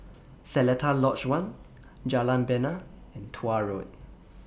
Seletar Lodge one Jalan Bena and Tuah Road